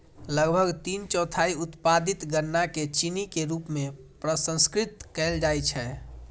लगभग तीन चौथाई उत्पादित गन्ना कें चीनी के रूप मे प्रसंस्कृत कैल जाइ छै